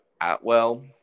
Atwell